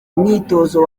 umwitozo